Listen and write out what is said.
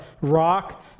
rock